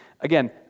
again